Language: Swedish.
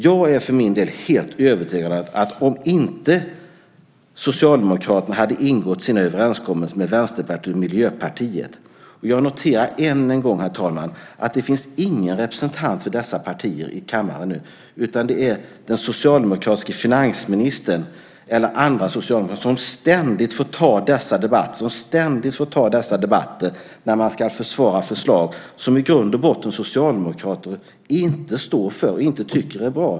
För min del är jag helt övertygad när det gäller Socialdemokraternas överenskommelse med Vänsterpartiet och Miljöpartiet. Jag noterar ännu en gång, herr talman, att ingen representant för dessa partier finns i kammaren nu. Det är den socialdemokratiske finansministern eller andra socialdemokrater som ständigt får ta dessa debatter när man ska försvara förslag som socialdemokrater i grund och botten inte står för och inte tycker är bra.